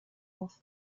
auf